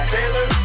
Taylor